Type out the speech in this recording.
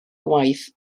gwaith